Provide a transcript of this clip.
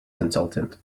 consultant